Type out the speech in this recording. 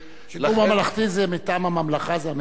לכן, שידור ממלכתי זה מטעם הממלכה, זה הממשלה.